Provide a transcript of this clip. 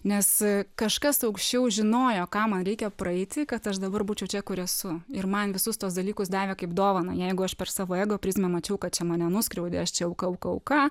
nes kažkas aukščiau žinojo ką man reikia praeiti kad aš dabar būčiau čia kur esu ir man visus tuos dalykus davė kaip dovaną jeigu aš per savo ego prizmę mačiau kad čia mane nuskriaudė aš čia auka auka auka